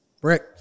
Brick